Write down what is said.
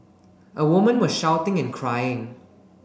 a woman was shouting and crying